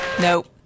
Nope